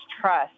trust